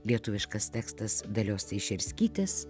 lietuviškas tekstas dalios teišerskytės